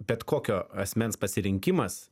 bet kokio asmens pasirinkimas